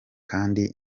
kandi